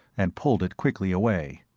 and pulled it quickly away.